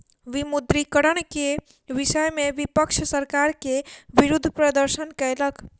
विमुद्रीकरण के विषय में विपक्ष सरकार के विरुद्ध प्रदर्शन कयलक